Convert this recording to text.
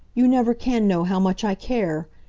you never can know how much i care.